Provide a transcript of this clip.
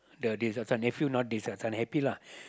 the this uh this one nephew not this some happy lah